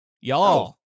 y'all